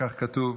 כך כתוב.